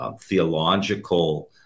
Theological